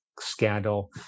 scandal